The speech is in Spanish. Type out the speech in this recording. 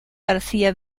garcía